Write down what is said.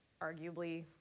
arguably